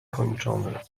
kończony